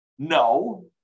No